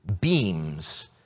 beams